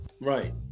Right